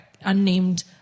unnamed